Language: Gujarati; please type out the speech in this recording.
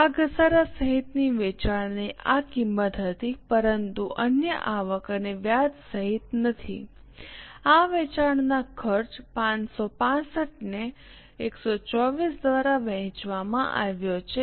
આ ઘસારા સહિતના વેચાણની આ કિંમત હતી પરંતુ અન્ય આવક અને વ્યાજ સહિત નથી આ વેચાણના ખર્ચ 5065 ને 124 દ્વારા વહેંચવામાં આવ્યો છે